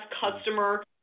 customer